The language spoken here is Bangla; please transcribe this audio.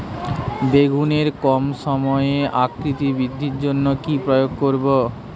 বেগুনের কম সময়ে আকৃতি বৃদ্ধির জন্য কি প্রয়োগ করব?